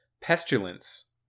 pestilence